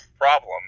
problem